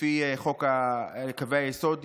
לפי קווי היסוד,